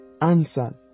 answer